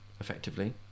effectively